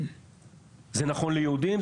זה נכון ליהודים,